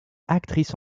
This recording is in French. actrice